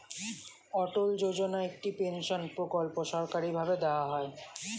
অটল যোজনা একটি পেনশন প্রকল্প সরকারি ভাবে দেওয়া হয়